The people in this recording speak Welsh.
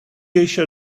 eisiau